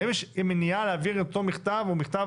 האם יש מניעה להעביר את אותו מכתב או מכתב